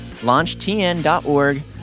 launchtn.org